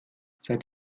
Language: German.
seid